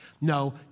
No